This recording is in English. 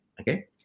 Okay